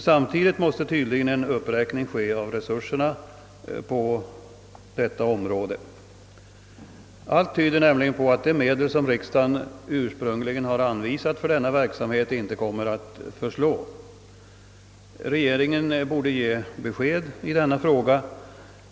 Samtidigt måste tydligen en uppräkning ske av resurserna på detta område. Allt tyder nämligen på att de medel som riksdagen ursprungligen har anvisat för denna verksamhet inte kommer att förslå. Regeringen borde ge besked i denna fråga.